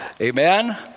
amen